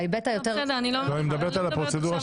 אני לא מדברת על המהות.